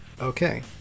Okay